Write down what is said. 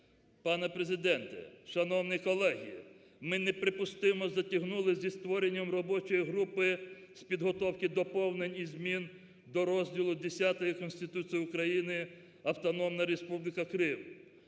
Пане Президенте, шановні колеги, ми неприпустимо затягнули зі створенням робочої групи з підготовки доповнень і змін до розділу Х Конституції України Автономної Республіки Крим.